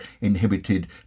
inhibited